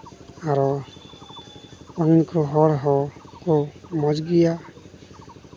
ᱟᱨᱚ ᱩᱱᱠᱩ ᱦᱚᱲ ᱦᱚᱸ ᱠᱚ ᱢᱚᱡᱽ ᱜᱮᱭᱟ